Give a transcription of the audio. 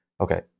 okay